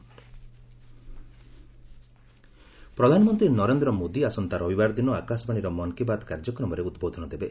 PM Mann Ki Baat ପ୍ରଧାନମନ୍ତ୍ରୀ ନରେନ୍ଦ୍ର ମୋଦି ଆସନ୍ତା ରବିବାର ଦିନ ଆକାଶବାଣୀର ମନ୍କୀ ବାତ୍ କାର୍ଯ୍ୟକ୍ରମରେ ଉଦ୍ବୋଧନ ଦେବେ